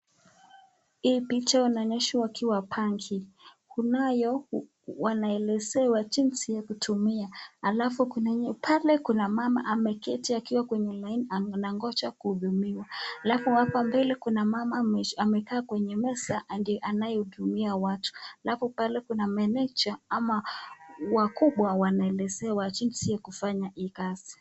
Hii picha unaonyeshwa wakiwa banki. Kunao wanaelezewa jinsi ya kutumia, alafu kuna pale kuna mama ameketi akiwa kwenye laini anangoja kuhudumiwa. Alafu hapa mbele kuna mama amekaa kwenye meza anayehudumia watu, alafu pale kuna meneja ama wakubwa wanaelezewa jinsi ya kufanya hii kazi.